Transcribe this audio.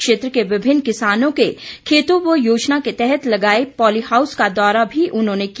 क्षेत्र के विभिन्न किसानों के खेतों व योजना के तहत लगाए पॉलीहाउस का दौरा भी उन्होने किया